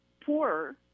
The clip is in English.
poorer